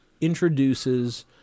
introduces